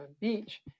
beach